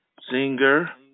Singer